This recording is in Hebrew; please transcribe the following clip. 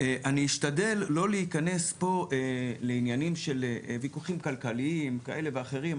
אני אשתדל לא להיכנס פה לעניינים של ויכוחים כלכליים כאלה ואחרים.